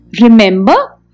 remember